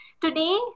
Today